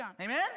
Amen